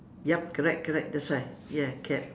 yup correct correct that's right ya cap